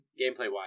gameplay-wise